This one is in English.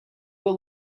will